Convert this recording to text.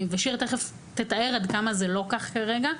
ושיר תכף תתאר עד כמה זה לא כך כרגע,